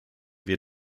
wir